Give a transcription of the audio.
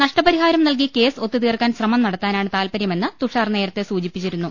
നഷ്ടപരിഹാരം നൽകി കേസ് ഒത്തുതീർക്കാൻ ശ്രമം നട ത്താനാണ് താൽപര്യമെന്ന് തുഷാർ നേരത്തെ സൂചിപ്പിച്ചിരുന്നു